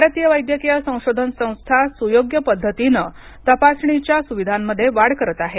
भारतीय वैद्यकीय संशोधन संस्था सुयोग्य पद्धतीनं तपासणीच्या सुविधांमध्ये वाढ करत आहे